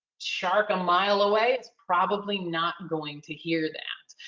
shark a mile away, it's probably not going to hear that.